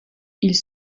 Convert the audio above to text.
ils